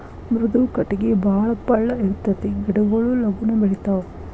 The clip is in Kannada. ಮೃದು ಕಟಗಿ ಬಾಳ ಪಳ್ಳ ಇರತತಿ ಗಿಡಗೊಳು ಲಗುನ ಬೆಳಿತಾವ